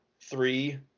three